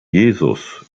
jesus